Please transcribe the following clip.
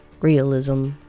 realism